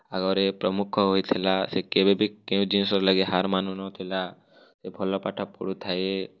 ଆଗରେ ପ୍ରମୁଖ ହୋଇଥିଲା ସେ କେବେ ବି କେଉଁ ଜିନିଷ ଲାଗି ହାର୍ ମାନୁ ନ ଥିଲା ସେ ଭଲ ପାଠ ପଢ଼ୁ ଥାଏ